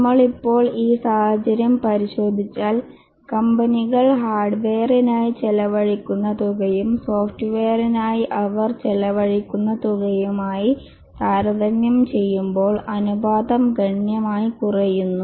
നമ്മൾ ഇപ്പോൾ ഈ സാഹചര്യം പരിശോധിച്ചാൽ കമ്പനികൾ ഹാർഡ്വെയറിനായി ചെലവഴിക്കുന്ന തുകയും സോഫ്റ്റ്വെയറിനായി അവർ ചെലവഴിക്കുന്ന തുകയുമായി താരതമ്യം ചെയ്യുമ്പോൾ അനുപാതം ഗണ്യമായി കുറയുന്നു